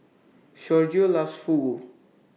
Sergio loves Fugu